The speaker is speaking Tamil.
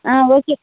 ஆ ஓகே